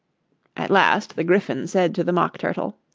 at last the gryphon said to the mock turtle,